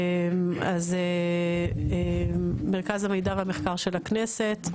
אז מרכז המידע והמחקר של הכנסת.